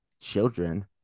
children